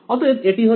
অতএব এটি হলো